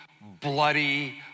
bloody